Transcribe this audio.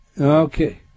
okay